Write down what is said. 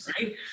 right